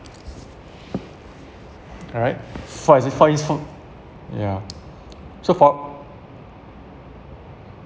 alright for it's for ins~ from yeah so for